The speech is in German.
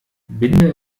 binde